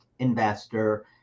investor